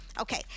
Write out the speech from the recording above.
Okay